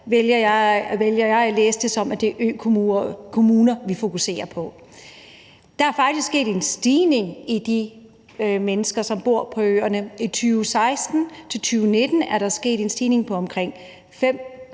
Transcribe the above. vælger jeg at læse det som, at det er økommuner, vi fokuserer på. Der er faktisk sket en stigning i det antal mennesker, som bor på øerne. I 2016-2019 er der sket en stigning på omkring 500